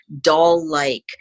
doll-like